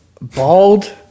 bald